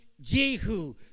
Jehu